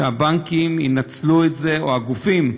שהבנקים ינצלו את זה, או הגופים,